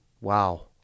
Wow